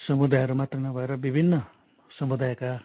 समुदायहरू मात्र नभएर विभिन्न समुदायका